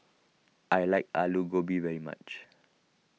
I like Alu Gobi very much